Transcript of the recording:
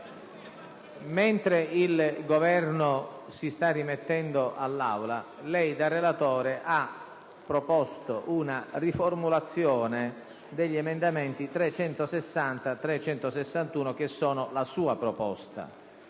mentre il Governo si sta rimettendo all'Aula, lei, da relatore, ha proposto una riformulazione degli emendamenti 3.160 e 3.161, che costituiscono quindi la sua proposta.